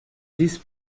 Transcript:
disent